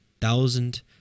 thousand